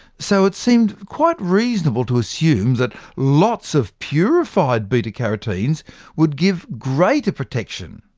so it seemed quite reasonable to assume that lots of purified beta-carotenes would give greater protection.